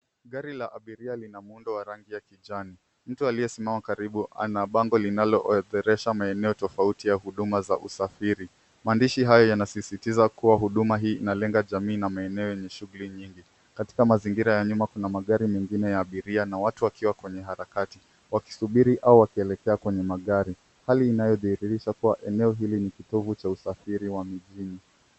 Gari la abiria lina muundo wa rangi ya kijani. Mtu aliyesimama karibu ana bango linaloodoresha maenoa tafauti ya huduma za usafiri. Mwandishi hayo yanasisitiza kuwa huduma hii inalenga jamii na maeneo yenye shughuli nyingi. Katika mazingira ya nyuma kuna magari mengine ya abiria na watu wakiwa kwenye harakati wakisubiri au wakielekea kwenye magari. Hali inayodhihirisha kuwa eneo hili ni kitovu cha usafiri wa mjini.